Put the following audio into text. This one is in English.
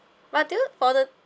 but do you for the